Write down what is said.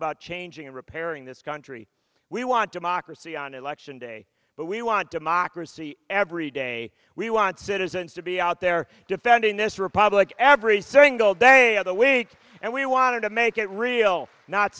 about changing and repairing this country we want democracy on election day but we want democracy every day we want citizens to be out there defending this republic every single day of the week and we want to make it real not